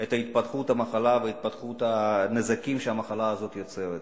את התפתחות המחלה והתפתחות הנזקים שהמחלה הזו יוצרת.